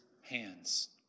hands